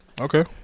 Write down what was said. Okay